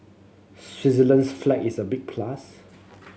Switzerland's flag is a big plus